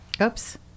Oops